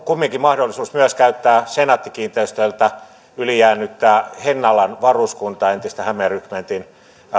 kumminkin mahdollisuus myös käyttää senaatti kiinteistöiltä yli jäänyttä hennalan varuskuntaa entistä hämeen rykmentin